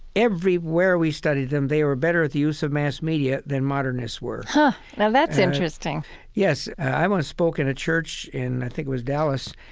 everywhere we studied them, they were better at the use of mass media than modernists were but now, that's interesting yes. i once spoke in a church in i think it was dallas,